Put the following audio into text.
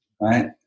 right